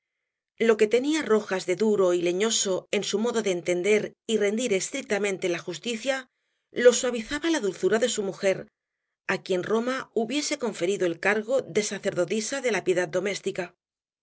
lo que tenía rojas de duro y leñoso en su modo de entender y rendir estrictamente la justicia lo suavizaba la dulzura de su mujer á quien roma hubiese conferido el cargo de sacerdotisa de la piedad doméstica